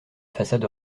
façade